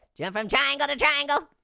jump from triangle to triangle.